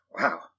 Wow